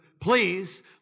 please